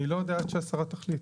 אני לא יודע, עד שהשרה תחליט.